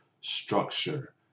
structure